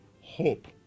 Hope